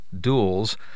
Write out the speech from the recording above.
duels